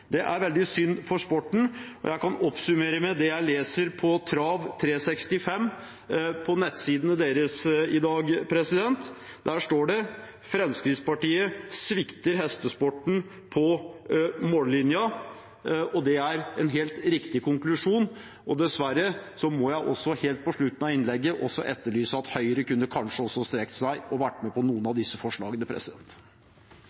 Det er veldig synd for sporten. Jeg kan oppsummere med det jeg leser på Trav365.no, der står det at Fremskrittspartiet «[s]vikter hestesporten på målstreken». Det er en helt riktig konklusjon. Dessverre må jeg også helt på slutten av innlegget etterlyse at Høyre kanskje kunne ha strekt seg og vært med på noen av